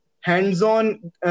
hands-on